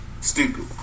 Stupid